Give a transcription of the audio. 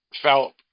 fell